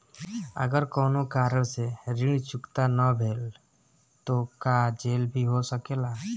अगर कौनो कारण से ऋण चुकता न भेल तो का जेल भी हो सकेला?